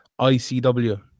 ICW